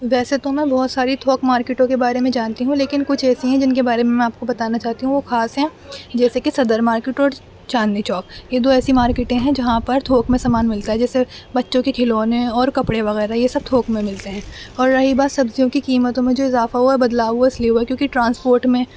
ویسے تو میں بہت ساری تھوک مارکیٹوں کے بارے میں جانتی ہوں لیکن کچھ ایسی ہیں جن کے بارے میں آپ کو بتانا چاہتی ہوں وہ خاص ہیں جیسے کہ صدر مارکیٹ اور چاندنی چوک یہ دو ایسی مارکیٹیں ہیں جہاں پر تھوک میں سامان ملتا ہے جیسے بچوں کے کھلونے اور کپڑے وغیرہ یہ سب تھوک میں ملتے ہیں اور رہی بات سبزیوں کی قیمتوں میں جو اضافہ ہوا ہے بدلاؤ ہوا ہے اس لیے ہوا کیونکہ ٹرانسپورٹ میں